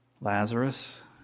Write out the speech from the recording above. Lazarus